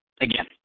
Again